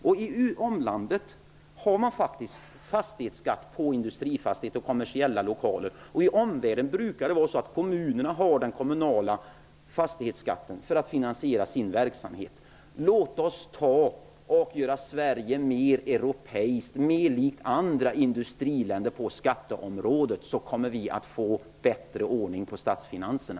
I omvärlden har man faktiskt fastighetsskatt på industrifastigheter och kommersiella lokaler. I omvärlden brukar kommunerna erhålla fastighetsskatten för att finansiera sin verksamhet. Låt oss göra Sverige mer europeiskt och mer likt andra industriländer på skatteområdet! Då kommer vi att få bättre ordning på statsfinanserna.